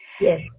yes